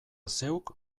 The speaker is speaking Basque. zeuk